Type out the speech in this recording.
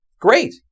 Great